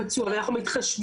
אני יכולה לספר על עצמי,